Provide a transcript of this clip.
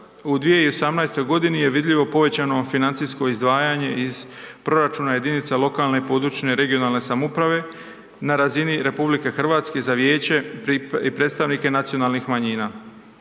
u 2018. g. je vidljivo povećano financijsko izdvajanje iz proračuna jedinice lokalne i područne (regionalne) samouprave na razini RH za Vijeće i predstavnike nacionalnih manjina.